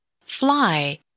Fly